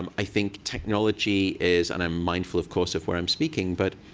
um i think technology is and i'm mindful, of course, of where i'm speaking but